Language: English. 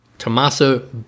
Tommaso